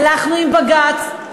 הלכנו עם בג"ץ,